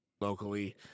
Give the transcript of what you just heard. locally